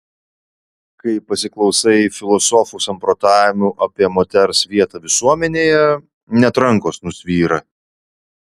kai pasiklausai filosofų samprotavimų apie moters vietą visuomenėje net rankos nusvyra